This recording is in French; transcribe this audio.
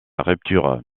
rupture